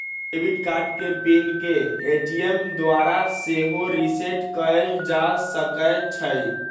debit card के PIN के ATM द्वारा सेहो रीसेट कएल जा सकै छइ